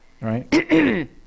Right